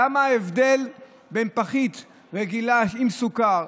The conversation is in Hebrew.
למה ההבדל בין פחית רגילה עם סוכר,